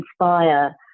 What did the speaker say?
inspire